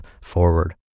forward